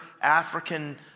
African